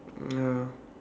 ya